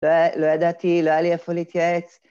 לא ידעתי, לא היה לי איפה להתייעץ.